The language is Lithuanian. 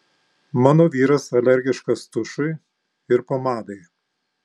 mano vyras alergiškas tušui ir pomadai